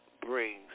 brings